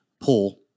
pull